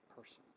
person